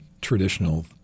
traditional